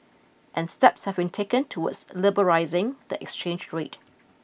and steps have been taken towards liberalising the exchange rate